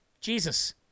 Jesus